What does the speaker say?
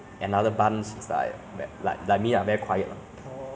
uh 不是说很多 lah maybe 算过是十个